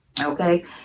okay